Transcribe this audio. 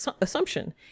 assumption